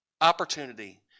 opportunity